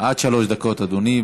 עד שלוש דקות, אדוני.